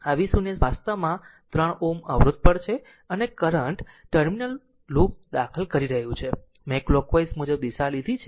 આ v0 વાસ્તવમાં 3 Ω r અવરોધ પર છે અને કરંટ ટર્મિનલ લૂપ દાખલ કરી રહ્યું છે મેં કલોકવાઈઝ મુજબ દિશા લીધી છે